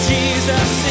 Jesus